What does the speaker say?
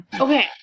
Okay